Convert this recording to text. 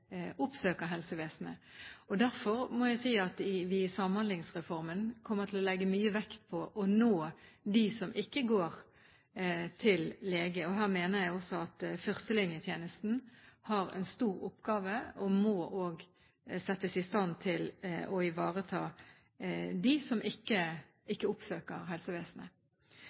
helsevesenet. Derfor må jeg si at vi i Samhandlingsreformen kommer til å legge stor vekt på å nå dem som ikke går til lege. Her mener jeg også at førstelinjetjenesten har en stor oppgave og også må settes i stand til å ivareta dem som ikke oppsøker helsevesenet.